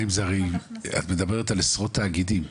את מדברת על עשרות תאגידים.